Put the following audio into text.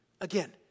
again